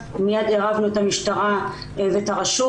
מיד עירבנו את המשטרה ואת הרשות.